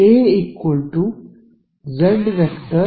ವಿದ್ಯಾರ್ಥಿ ಸ್ಥಿರ